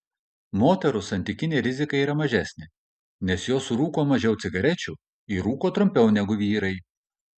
moterų santykinė rizika yra mažesnė nes jos surūko mažiau cigarečių ir rūko trumpiau negu vyrai